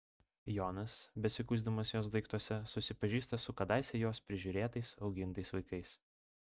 jonas besikuisdamas jos daiktuose susipažįsta su kadaise jos prižiūrėtais augintais vaikais